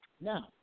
Now